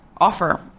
offer